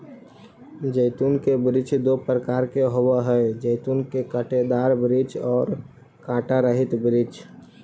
जैतून के वृक्ष दो प्रकार के होवअ हई जैतून के कांटेदार वृक्ष और कांटा रहित वृक्ष